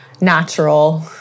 natural